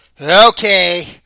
Okay